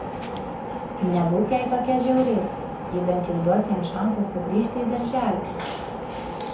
nebūk jai tokia žiauri ji bent jau duos jiems šansą sugrįžti į darželį